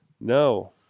No